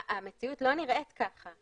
המציאות לא נראית ככה.